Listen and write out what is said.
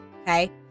okay